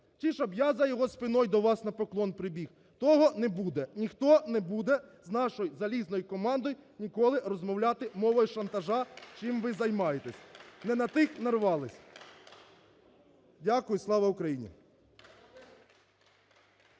Ті, щоб я, за його спиною, до вас на поклон прибіг. Того не буде. Ніхто не буде з нашою залізною командою ніколи розмовляти мовою шантажа, чим ви і займаєтесь. Не на тих нарвались. Дякую. Слава Україні!